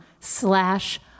slash